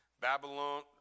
Babylon